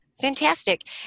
Fantastic